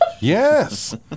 Yes